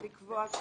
כן.